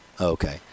Okay